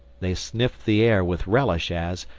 they sniffed the air with relish as,